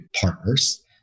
partners